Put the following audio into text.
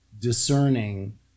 discerning